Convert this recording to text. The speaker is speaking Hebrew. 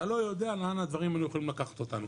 אתה לא יודע לאן הדברים יכולים לקחת אותנו,